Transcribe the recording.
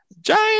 Giant